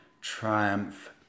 triumph